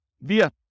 via